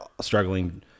struggling